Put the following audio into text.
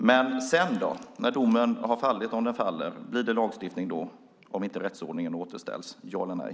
Men när domen har fallit, om den faller, blir det lagstiftning om rättsordningen inte återställs - ja eller nej?